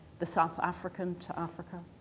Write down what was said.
the south african to africa,